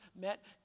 met